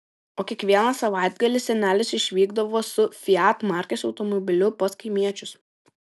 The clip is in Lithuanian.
o kiekvieną savaitgalį senelis išvykdavo su fiat markės automobiliu pas kaimiečius